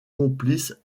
complices